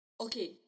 Okay